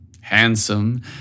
handsome